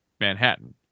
Manhattan